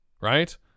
right